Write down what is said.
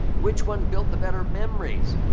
which one built the better memories?